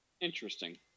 Interesting